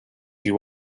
you